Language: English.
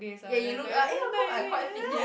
ya you look ah eh how come I quite fit here